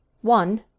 One